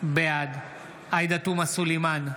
בעד עאידה תומא סלימאן,